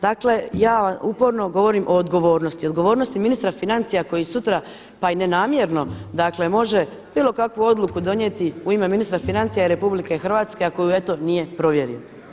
Dakle, ja vam uporno govorim o odgovornosti, odgovornosti ministra financija koji sutra pa i nenamjerno, dakle može bilo kakvu odluku donijeti u ime ministra financija i Republike Hrvatske, a koju eto nije provjerio.